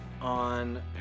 On